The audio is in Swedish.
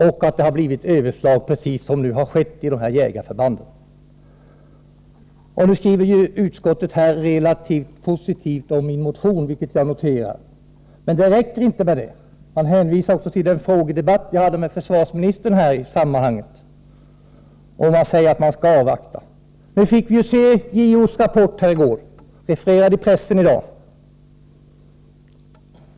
Övertramp har förekommit, precis som nu har skett vid de aktuella jägarförbanden. Utskottet skriver relativt positivt om min motion, vilket jag noterar, men det räcker inte med detta. Jag vill hänvisa till den frågedebatt i ärendet som jag har haft med försvarsministern, där denne sagt att man skall avvakta vidare uppgifter. I går lade JO fram sin rapport, som refereras i pressen i dag.